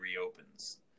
reopens